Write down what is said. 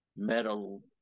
metal